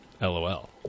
LOL